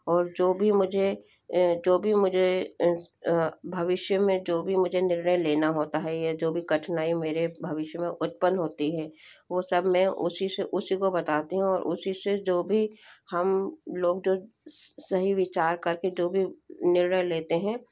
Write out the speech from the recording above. और जो भी मुझे जो भी मुझे भविष्य में जो भी मुझे निर्णय लेना होता है या जो भी कठिनाई मेरे भविष्य में उत्पन्न होती है वो सब में उसी से उसी को बताती हूँ और उसी से जो भी हम लोग जो सही विचार करके जो भी निर्णय लेते हैं